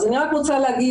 אז אני רק רוצה להגיד,